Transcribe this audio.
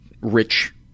rich